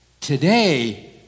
today